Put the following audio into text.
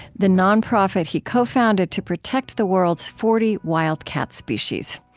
the nonprofit he co-founded to protect the world's forty wild cat species.